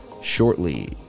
shortly